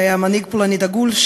שהיה מנהיג פולני דגול,